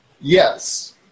Yes